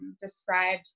described